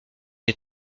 des